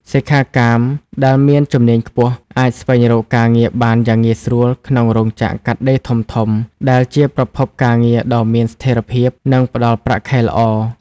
សិក្ខាកាមដែលមានជំនាញខ្ពស់អាចស្វែងរកការងារបានយ៉ាងងាយស្រួលក្នុងរោងចក្រកាត់ដេរធំៗ ដែលជាប្រភពការងារដ៏មានស្ថិរភាព និងផ្តល់ប្រាក់ខែល្អ។